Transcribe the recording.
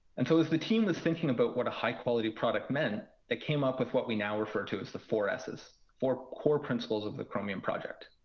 and so as the team was thinking about what a high quality product meant, they came up with what we now refer to as the four s's, four core principles of the chromium project.